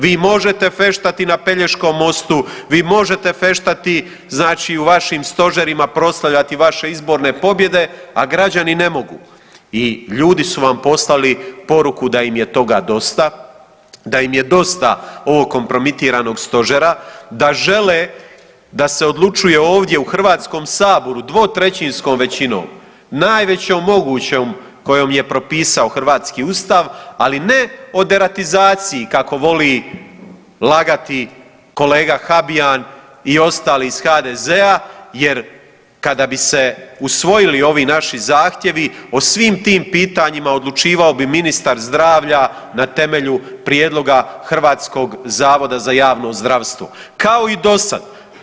Vi možete feštati na Pelješkom mostu, vi možete feštati znači u vašim stožerima, proslavljati vaše izborne pobjede, a građani ne mogu i ljudi su vam poslali poruku da im je toga dosta, da im je dosta ovog kompromitiranog Stožera, da žele da se odlučuje ovdje u HS-u dvotrećinskom većinom, najvećom mogućom kojom je propisao hrvatski Ustav, ali ne o deratizaciji, kako voli lagati kolega Habijan i ostali iz HDZ-a jer kada bi se usvojili ovi naši zahtjevi, o svim tim pitanjima odlučivao bi ministar zdravlja na temelju prijedloga Hrvatskog zavoda za javno zdravstvo, kao i dosad.